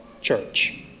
church